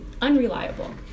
unreliable